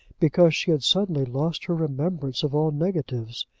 because she had suddenly lost her remembrance of all negatives.